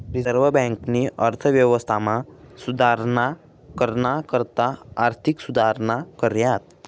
reserve बँकेनी अर्थव्यवस्थामा सुधारणा कराना करता आर्थिक सुधारणा कऱ्यात